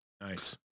Nice